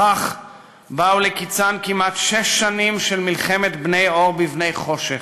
בכך באו לקצן כמעט שש שנים של מלחמת בני אור בבני חושך,